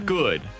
good